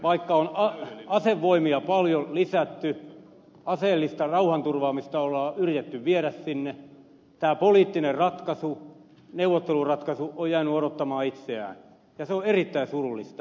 vaikka on asevoimia paljon lisätty aseellista rauhanturvaamista on yritetty viedä sinne tämä poliittinen neuvotteluratkaisu on jäänyt odotuttamaan itseään ja se on erittäin surullista